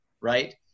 right